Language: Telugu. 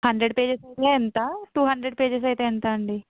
హండ్రెడ్ పేజెస్ అయితే ఎంత టూ హండ్రెడ్ పేజెస్ అయితే ఎంత అండి